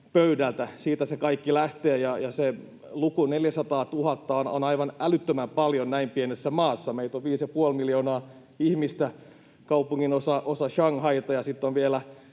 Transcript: pöydältä. Siitä se kaikki lähtee, ja se luku, 400 000, on aivan älyttömän paljon näin pienessä maassa. Meitä on viisi ja puoli miljoonaa ihmistä, kaupunginosa Shanghaita, ja sitten on vielä